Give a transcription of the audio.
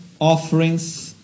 offerings